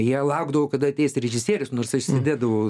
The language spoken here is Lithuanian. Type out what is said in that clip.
jie laukdavo kada ateis režisierius nors aš sėdėdavau